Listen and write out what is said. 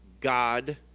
God